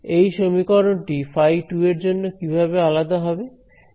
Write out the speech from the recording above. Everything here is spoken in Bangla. এই সমীকরণটি φ2 এর জন্য কিভাবে আলাদা হবে